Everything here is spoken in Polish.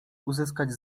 uzyskać